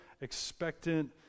expectant